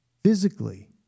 physically